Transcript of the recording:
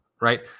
right